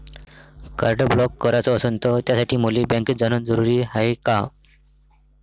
Card block कराच असनं त त्यासाठी मले बँकेत जानं जरुरी हाय का?